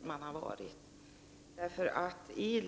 som har besökts.